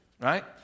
right